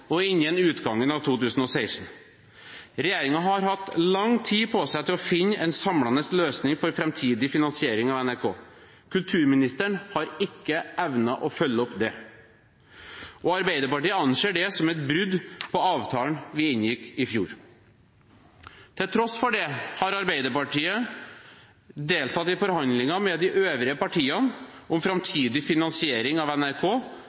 og innen utgangen av 2016.» Regjeringen har hatt lang tid på seg til å finne en samlende løsning for framtidig finansiering av NRK. Kulturministeren har ikke evnet å følge opp det. Arbeiderpartiet anser det som et brudd på avtalen vi inngikk i fjor. Til tross for det har Arbeiderpartiet deltatt i forhandlinger med de øvrige partiene om framtidig finansiering av NRK,